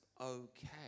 okay